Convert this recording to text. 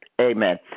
amen